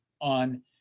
on